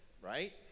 Right